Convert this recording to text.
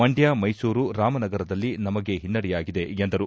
ಮಂಡ್ಕ ಮೈಸೂರು ರಾಮನಗರದಲ್ಲಿ ನಮಗೆ ಹಿನ್ನಡೆಯಾಗಿದೆ ಎಂದರು